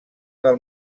del